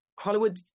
Hollywood